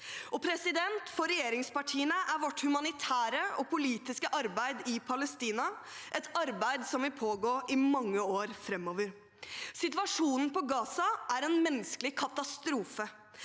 året. For regjeringspartiene er vårt humanitære og politiske arbeid i Palestina et arbeid som vil pågå i mange år framover. Situasjonen i Gaza er en menneskelig katastrofe.